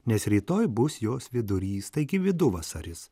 nes rytoj bus jos vidurys taigi viduvasaris